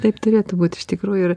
taip turėtų būt iš tikrųjų ir